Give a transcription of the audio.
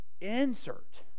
insert